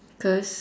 cause